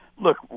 Look